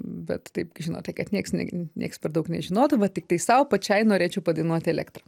bet taip žinote kad nieks nieks per daug nežinotų va tiktai sau pačiai norėčiau padainuot elektrą